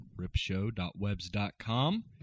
ripshow.webs.com